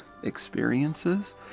experiences